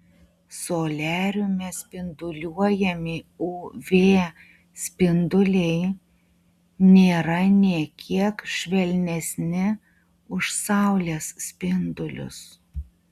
soliariume spinduliuojami uv spinduliai nėra nė kiek švelnesni už saulės spindulius